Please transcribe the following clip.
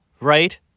right